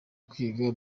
kwiga